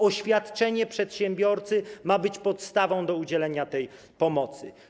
Oświadczenie przedsiębiorcy ma być podstawą do udzielenia tej pomocy.